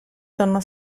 donna